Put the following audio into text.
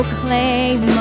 claim